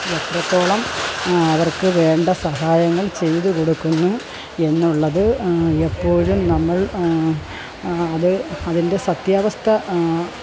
എത്രത്തോളം അവർക്ക് വേണ്ട സഹായങ്ങൾ ചെയ്തു കൊടുക്കുന്നു എന്നുള്ളത് എപ്പോഴും നമ്മൾ അത് അതിൻ്റെ സത്യാവസ്ഥ